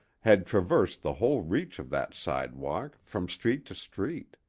had traversed the whole reach of that sidewalk, from street to street.